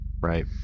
right